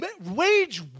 Wage